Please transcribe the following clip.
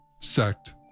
sect